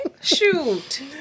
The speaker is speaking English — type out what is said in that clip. shoot